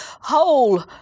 whole